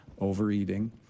overeating